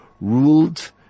ruled